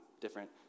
different